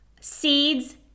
seeds